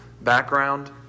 background